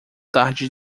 tarde